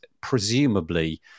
presumably